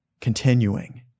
continuing